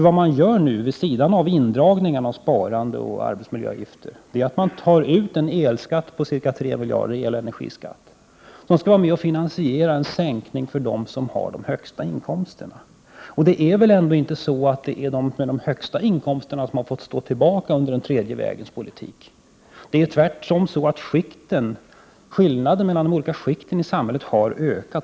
Vad man gör nu, vid sidan av indragningar, sparande och arbetsmiljöavgifter, är att man tar ut en elenergiskatt på ca 3 miljarder, som skall bidra till att finansiera en sänkning för dem som har de högsta inkomsterna. Det är väl ändå inte de som har de högsta inkomsterna som har fått stå tillbaka under den tredje vägens politik. Det är tvärtom så att skillnaden mellan de olika skikten i samhället har ökat.